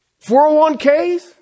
401ks